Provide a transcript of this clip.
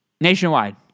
Nationwide